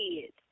kids